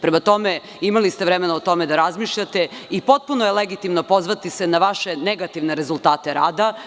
Prema tome imali ste vremena o tome da razmišljate, i potpuno je legitimno pozvati se na vaše negativne rezultate rada.